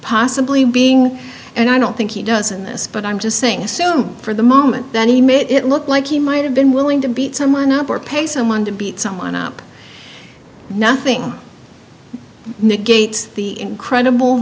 possibly being and i don't think he does in this but i'm just saying assume for the moment that he made it look like he might have been willing to beat someone up or pay someone to beat someone up nothing negates the incredible